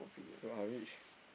you are rich